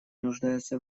нуждается